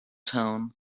town